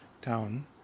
town